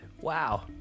Wow